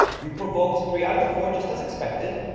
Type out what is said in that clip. we provoked three out of the four just as expected